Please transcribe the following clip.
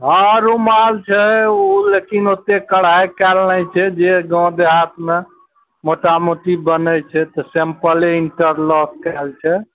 हाँ रूमाल छै उ लेकिन ओते कढ़ाइ कयल नहि छै जे गाँव देहातमे मोटा मोटी बनय छै तऽ सेम्पले इन्टरलॉक कयल छै